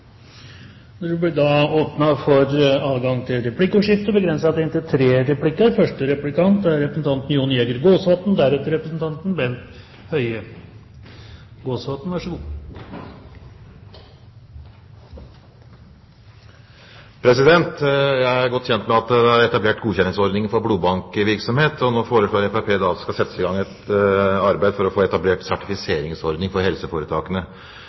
replikkordskifte. Jeg er godt kjent med at det er etablert godkjenningsordninger for blodbankvirksomhet, og nå foreslår Fremskrittspartiet at det skal settes i gang et arbeid for å få etablert en sertifiseringsordning for helseforetakene.